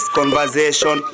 Conversation